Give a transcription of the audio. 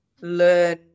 learn